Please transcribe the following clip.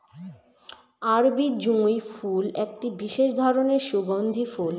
আরবি জুঁই ফুল একটি বিশেষ ধরনের সুগন্ধি ফুল